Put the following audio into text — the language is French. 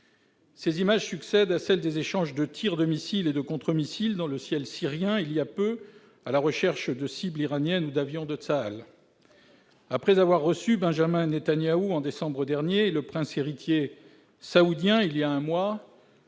Ces images succèdent à celles d'échanges de tirs de missiles et de contremissiles dans le ciel syrien, visant des cibles iraniennes ou des avions de Tsahal. Après avoir reçu Benyamin Netanyahou en décembre dernier et le prince héritier saoudien il y a un mois,